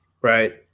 Right